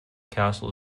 castle